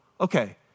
Okay